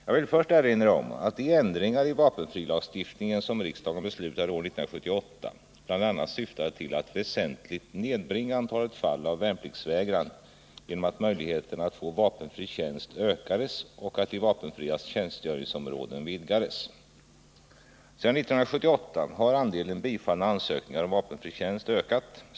Jag vill först erinra om att de ändringar i vapenfrilagstiftningen som riksdagen beslutade år 1978 bl.a. syftade till att väsentligt nedbringa antalet fall av värnpliktsvägran genom att möjligheterna att få vapenfri tjänst ökades och de vapenfrias tjänstgöringsområden vidgades. Sedan 1978 har andelen bifallna ansökningar om vapenfri tjänst ökat.